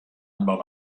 anbau